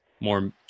more